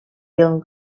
film